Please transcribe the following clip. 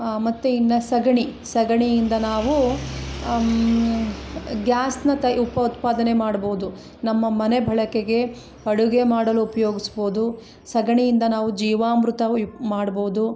ಆ ಮತ್ತು ಇನ್ನು ಸಗಣಿ ಸಗಣಿಯಿಂದ ನಾವು ಗ್ಯಾಸ್ನ ತಯಾರಿ ಉಪ ಉತ್ಪಾದನೆ ಮಾಡ್ಬೌದು ನಮ್ಮ ಮನೆ ಬಳಕೆಗೆ ಅಡುಗೆ ಮಾಡಲು ಉಪಯೋಗಿಸ್ಬೌದು ಸಗಣಿಯಿಂದ ನಾವು ಜೀವಾಮೃತವು ಇದು ಮಾಡ್ಬೋದು